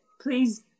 Please